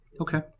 Okay